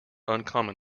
uncommon